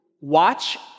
watch